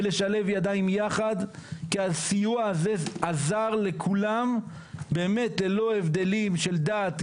ולשלב ידיים יחד כי הסיוע הזה עזר לכולם באמת ללא הבדלים של דת,